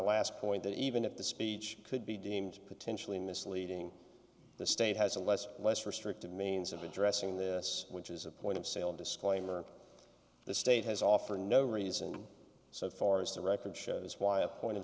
last point that even if the speech could be deemed potentially misleading the state has a less and less restrictive means of addressing this which is a point of sale disclaimer the state has offer no reason so far as the record shows why a point